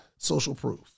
socialproof